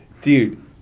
Dude